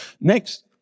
Next